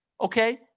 Okay